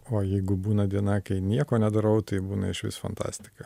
o jeigu būna diena kai nieko nedarau tai būna išvis fantastika